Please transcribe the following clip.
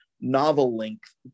novel-length